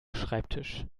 schreibtisch